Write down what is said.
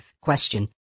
Question